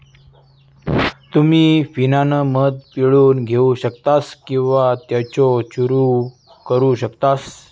तुम्ही फणीनं मध पिळून घेऊ शकतास किंवा त्येचो चूरव करू शकतास